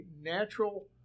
natural